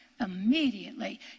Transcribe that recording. Immediately